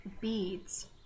beads